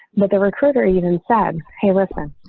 but the recruiter even said, hey, listen,